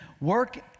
Work